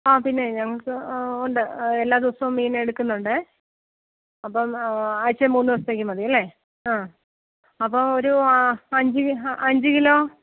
ആ പിന്നെ നമുക്ക് ഉണ്ട് എല്ലാ ദിവസവും മീൻ എടുക്കുന്നുണ്ടെ അപ്പം ആഴ്ച്ചയിൽ മൂന്നു ദിവസത്തേക്ക് മതിയല്ലേ ആ അപ്പോൾ ഒരു ആ അഞ്ച് അഞ്ച് കിലോ